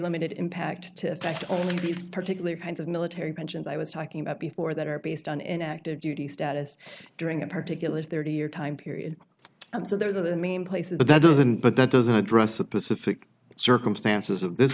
limited impact to affect these particular kinds of military pensions i was talking about before that are based on an active duty status during a particular thirty year time period and so those are the main places but that doesn't but that doesn't address the pacific circumstances of this